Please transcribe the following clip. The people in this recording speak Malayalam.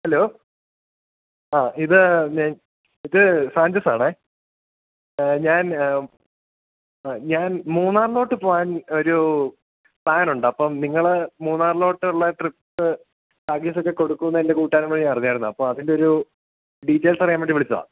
ഹലോ ആ ഇത് ഇത് സാഞ്ചസാണ് ഞാൻ ആ ഞാൻ മൂന്നാറിലേക്ക് പോകാൻ ഒരു പ്ലാനുണ്ട് അപ്പം നിങ്ങള് മൂന്നാറിലേക്കുള്ള ട്രിപ്പ്സ് പാക്കേജൊക്കെ കൊടുക്കുമെന്ന് എൻ്റെ കൂട്ടുകാരൻ വഴി അറിഞ്ഞായിരുന്നു അപ്പോള് അതിന്റെയൊരു ഡീറ്റെൽസ് അറിയാൻ വേണ്ടി വിളിച്ചതാണ്